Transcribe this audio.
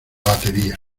batería